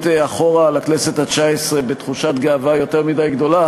לאחור על הכנסת התשע-עשרה בתחושת גאווה יותר מדי גדולה.